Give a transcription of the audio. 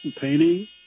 painting